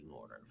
order